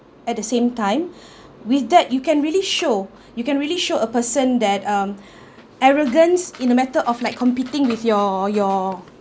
at the same time with that you can really show you can really show a person that um arrogance in a matter of like competing with your your